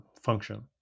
function